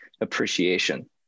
appreciation